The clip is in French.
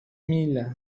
mille